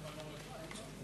חידוש ההקלות במס),